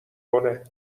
کنه